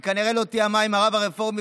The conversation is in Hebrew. היא כנראה לא תיאמה עם הרב הרפורמי